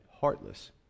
Heartless